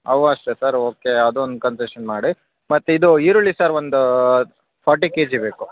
ಅವು ಅಷ್ಟೇ sir okay ಅದೊಂದು ಕನ್ಸೆಷನ್ ಮಾಡಿ ಮತ್ತು ಇದು ಈರುಳ್ಳಿ ಸರ್ ಒಂದು ಫಾರ್ಟಿ ಕೆ ಜಿ ಬೇಕು